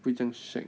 不会这样 shag